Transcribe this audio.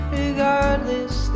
regardless